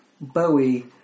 Bowie